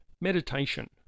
Meditation